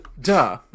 Duh